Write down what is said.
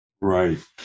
Right